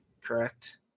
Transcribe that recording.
correct